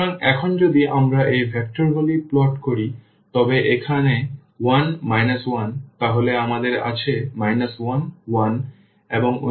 সুতরাং এখন যদি আমরা এই ভেক্টরগুলি প্লট করি তবে এখানে 1 1 তাহলে আমাদের আছে 1 1 এবং অন্যটি 2 এবং 2